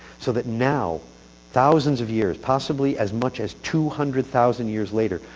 so that now thousands of years, possibly as much as two hundred thousand years later,